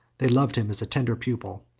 they loved him as a tender pupil,